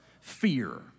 Fear